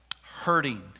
hurting